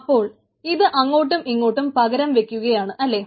അപ്പോൾ ഇത് അങ്ങൊട്ടും ഇങ്ങോട്ടും പകരം വക്കുകയാണ് അല്ലെ